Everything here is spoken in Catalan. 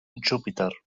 júpiter